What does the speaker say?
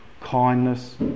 Kindness